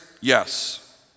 Yes